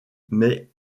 mais